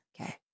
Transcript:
Okay